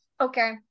Okay